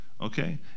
okay